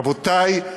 רבותי,